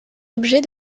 objet